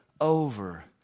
Over